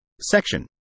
Section